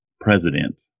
president